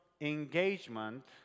engagement